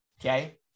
Okay